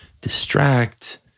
distract